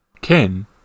Ken